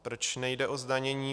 Proč nejde o zdanění?